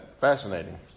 fascinating